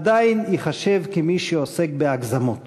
עדיין ייחשב כמי שעוסק בהגזמות.